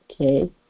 Okay